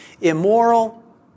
immoral